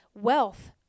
wealth